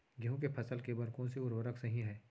गेहूँ के फसल के बर कोन से उर्वरक सही है?